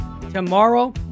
tomorrow